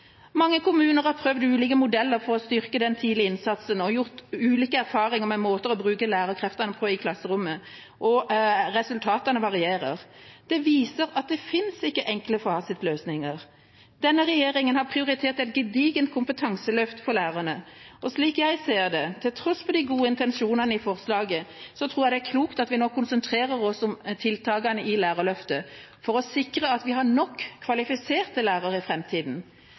Mange kommuner har prøvd ulike modeller for å styrke den tidlige innsatsen og gjort ulike erfaringer med måter å bruke lærerkreftene på i klasserommet. Resultatene varierer, og det viser at det finnes ikke enkle fasitløsninger. Denne regjeringa har prioritert et gedigent kompetanseløft for lærerne. Slik jeg ser det, til tross for de gode intensjonene i forslaget, tror jeg det er klokt at vi nå konsentrerer oss om tiltakene i Lærerløftet, for å sikre at vi har nok kvalifiserte lærere i